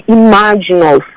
imaginal